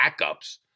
backups